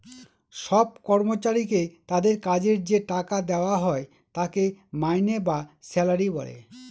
সব কর্মচারীকে তাদের কাজের যে টাকা দেওয়া হয় তাকে মাইনে বা স্যালারি বলে